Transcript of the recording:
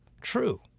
true